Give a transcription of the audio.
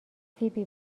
فیبی